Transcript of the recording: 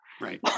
Right